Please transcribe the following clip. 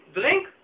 drink